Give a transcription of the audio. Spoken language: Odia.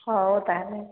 ହଉ ତାହାଲେ